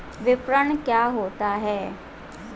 विपणन क्या होता है?